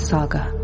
Saga